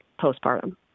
postpartum